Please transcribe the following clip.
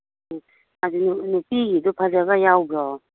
ꯎꯃ ꯅꯨꯄꯤꯒꯤꯗꯨ ꯐꯖꯕ ꯌꯥꯎꯕ꯭ꯔꯣ